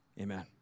Amen